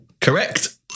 correct